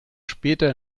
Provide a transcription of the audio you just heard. später